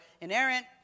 inerrant